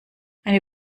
eine